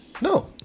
No